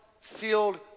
sealed